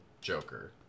Joker